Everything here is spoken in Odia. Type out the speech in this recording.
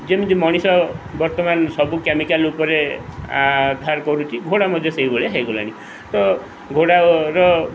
ଯେମିତି ମଣିଷ ବର୍ତ୍ତମାନ ସବୁ କେମିକାଲ୍ ଉପରେ ଧାର କରୁଛି ଘୋଡ଼ା ମଧ୍ୟ ସେହିଭଳିଆ ହେଇଗଲାଣି ତ ଘୋଡ଼ାର